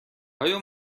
آیا